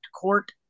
court